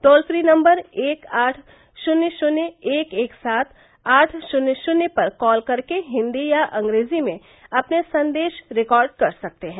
toll free number एक आठ शून्य शून्य एक एक सात आठ शून्य शून्य पर कॉल करके हिन्दी और अंग्रेजी में अपने संदेश रिकॉर्ड कर सकते हैं